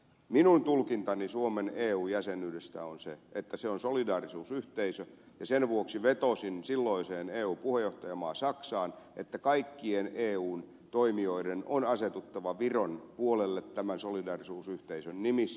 minun tulkintani suomen eu jäsenyydestä on se että se on solidaarisuusyhteisö ja sen vuoksi vetosin silloiseen eu puheenjohtajamaahan saksaan että kaikkien eun toimijoiden on asetuttava viron puolelle tämän solidaarisuusyhteisön nimissä